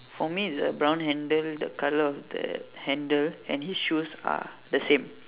for me it's the brown handle the colour of the handle and his shoes are the same